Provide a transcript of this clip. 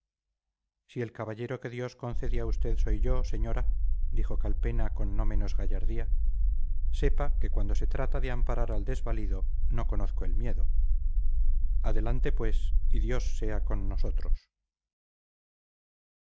si el caballero que dios concede a usted soy yo señora dijo calpena con no menos gallardía sepa que cuando se trata de amparar al desvalido no conozco el miedo adelante pues y dios sea con nosotros